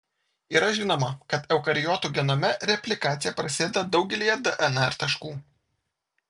yra žinoma kad eukariotų genome replikacija prasideda daugelyje dnr taškų